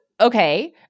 okay